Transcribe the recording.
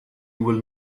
will